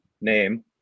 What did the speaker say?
Name